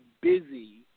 busy